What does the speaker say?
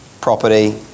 property